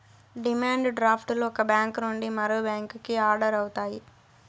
demand draft లు ఒక bank నుండి మరో బ్యాంకుకి ఆర్డర్ అవుతాయి